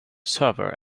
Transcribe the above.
server